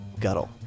Guttle